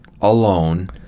alone